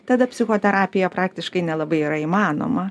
tada psichoterapija praktiškai nelabai yra įmanoma